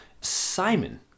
Simon